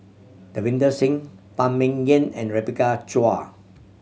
Davinder Singh Phan Ming Yen and Rebecca Chua